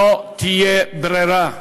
לא תהיה ברירה: